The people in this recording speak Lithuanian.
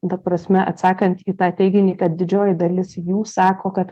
ta prasme atsakant į tą teiginį kad didžioji dalis jų sako kad